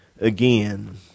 again